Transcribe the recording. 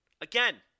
Again